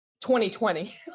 2020